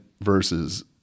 versus